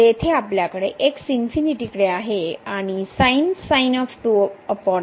तर येथे आपल्याकडे x इन्फिनिटी कडे आहे आणि मध्ये 0 येईल